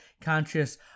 conscious